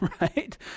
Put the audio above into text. Right